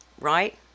Right